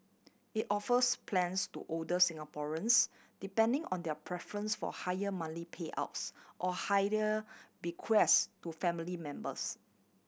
it offers plans to older Singaporeans depending on their preference for higher monthly payouts or higher bequest to family members